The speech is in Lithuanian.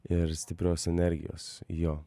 ir stiprios energijos jo